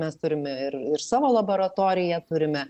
mes turim ir ir savo laboratoriją turime